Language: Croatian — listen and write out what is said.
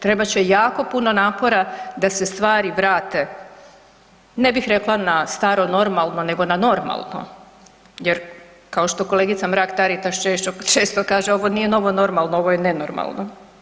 Trebat će jako puno napora da se stvari vrate ne bih rekla na staro normalno nego na normalno jer kao što kolegica Mrak Taritaš često kaže ovo nije novo normalno, ovo je nenormalno.